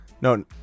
No